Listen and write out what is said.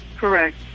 Correct